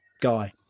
guy